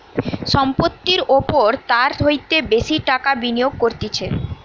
সম্পত্তির ওপর তার হইতে বেশি টাকা বিনিয়োগ করতিছে